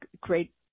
great